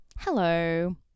Hello